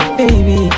baby